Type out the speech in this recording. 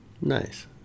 Nice